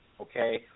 okay